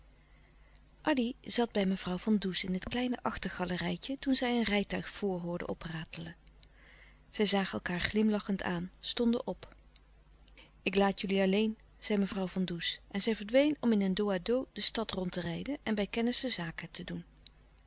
addy zat bij mevrouw van does in het kleine achtergalerijtje toen zij een rijtuig vor hoorden opratelen zij zagen elkaâr glimlachend aan stonden op ik laat jullie alleen zei mevrouw van does en zij verdween om in een dos à dos de stad rond te rijden en bij kennissen zaken te doen